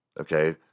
Okay